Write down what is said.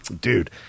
Dude